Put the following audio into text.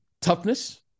toughness